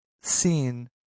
seen